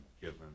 given